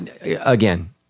again